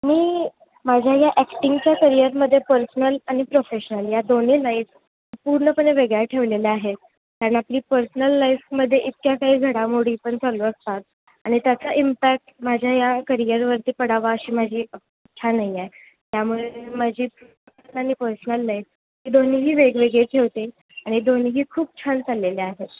मी माझ्या या ॲक्टिंगच्या करियरमध्ये पर्सनल आणि प्रोफेशनल या दोन्ही नाईफ पूर्णपणे वेगळ्या ठेवलेल्या आहेत कारण आपली पर्सनल लाईफमध्ये इतक्या काही घडामोडीपण चालू असतात आणि त्याचा इम्पॅक माझ्या या करियरवरती पडावा अशी माजी इच्छा नाही आहे त्यामुळे माझी आणि पर्सनल लाईफ ही दोन्हीही वेगवेगळी ठेवते आनि दोन्ही खूप छान चाललेले आहेत